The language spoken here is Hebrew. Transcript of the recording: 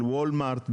של "וולמארט",